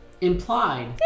implied